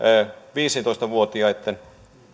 viisitoista vuotiaitten